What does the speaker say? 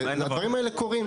הדברים האלה קורים.